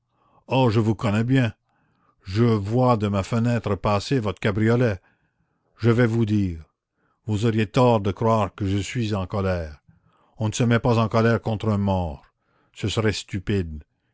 oh je vous connais bien je vois de ma fenêtre passer votre cabriolet je vais vous dire vous auriez tort de croire que je suis en colère on ne se met pas en colère contre un mort ce serait stupide